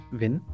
win